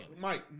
Mike